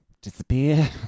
disappear